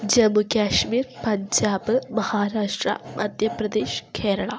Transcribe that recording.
Jammu Kashmir Punjab Maharashtra Madhya Pradesh Kerala